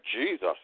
Jesus